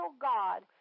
God